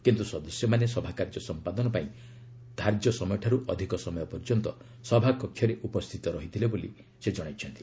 କିନ୍ତୁ ସଦସ୍ୟମାନେ ସଭାକାର୍ଯ୍ୟ ସମ୍ପାଦନ ପାଇଁ ଧାର୍ଯ୍ୟ ସମୟଠାରୁ ଅଧିକ ସମୟ ପର୍ଯ୍ୟନ୍ତ ସଭାକକ୍ଷରେ ଉପସ୍ଥିତ ରହିଥିଲେ ବୋଲି ସେ କହିଛନ୍ତି